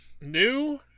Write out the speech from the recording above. New